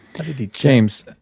James